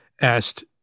asked